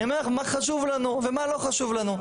אני אומר לך מה חשוב לנו ומה לא חשוב לנו.